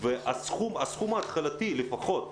הסכום ההתחלתי, לפחות,